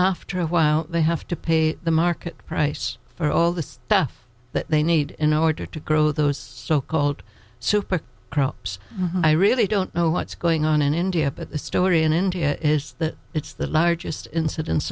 after a while they have to pay the market price for all the stuff that they need in order to grow those so called super crops i really don't know what's going on in india up at the story in india is that it's the largest inciden